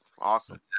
Awesome